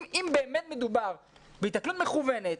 אם באמת מדובר בהתנכלות מכוונת,